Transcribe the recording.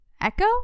echo